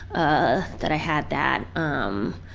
ah that i had that. um,